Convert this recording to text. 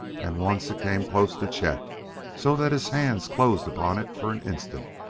and once it came close to chet so that his hands closed upon it for an instant.